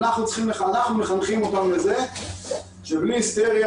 השאלה איך אנחנו מחנכים אותם לזה שבלי היסטריה,